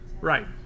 right